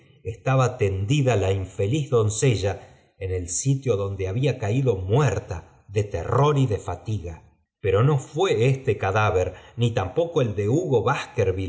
estaba tendida la infeliz doncella en pel sitio donde había caído muerta de tenor y de h pero no fuá este cadáver ni tampoco el de